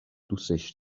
دوستش